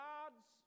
God's